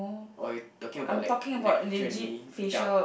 or you talking about like naturally dark